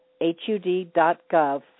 hud.gov